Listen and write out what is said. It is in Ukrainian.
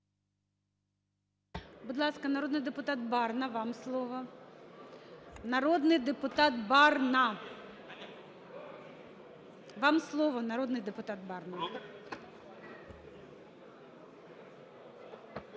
Будь ласка, народний депутат Барна, вам слово. Народний депутат Барна! Вам слово, народний депутат Барна.